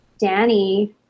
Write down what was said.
danny